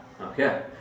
Okay